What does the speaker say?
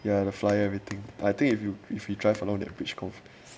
ya the flyer everything I think if you if we drive along the bridge